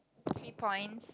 three points